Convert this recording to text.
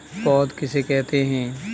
पौध किसे कहते हैं?